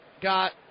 got